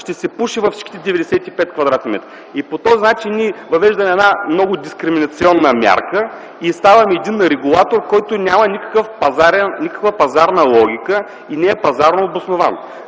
ще се пуши във всичките 95 кв. м. По този начин ние въвеждаме една много дискриминационна мярка и правим една регулация, която няма никаква пазарна логика и не е пазарно обоснована.